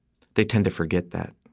they tend to forget that.